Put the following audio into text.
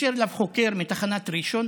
התקשר אליו חוקר מתחנת ראשון,